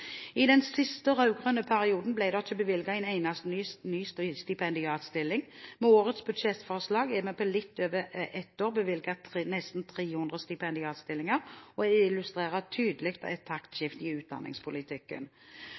I den siste rød-grønne perioden ble det ikke bevilget penger til en eneste ny stipendiatstilling. Med årets budsjettforslag er det på litt over ett år bevilget penger til nesten 300 stipendiatstillinger. Dette illustrerer tydelig et taktskifte i utdanningspolitikken.